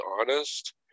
honest